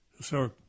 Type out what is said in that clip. sir